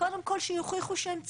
קודם כל שיוכיחו שהם צריכים.